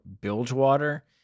bilgewater